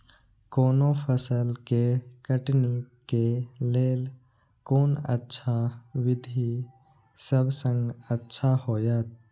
कोनो फसल के कटनी के लेल कोन अच्छा विधि सबसँ अच्छा होयत?